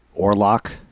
Orlock